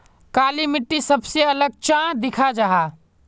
काली मिट्टी सबसे अलग चाँ दिखा जाहा जाहा?